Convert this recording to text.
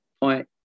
point